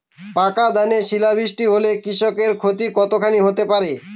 পাকা ধানে শিলা বৃষ্টি হলে কৃষকের ক্ষতি কতখানি হতে পারে?